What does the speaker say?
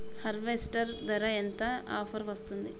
Harvester ధర ఎంత ఎంత ఆఫర్ వస్తుంది?